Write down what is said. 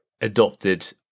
adopted